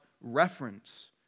reference